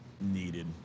needed